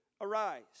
arise